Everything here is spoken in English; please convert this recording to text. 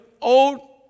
old